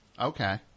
Okay